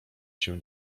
się